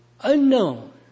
unknown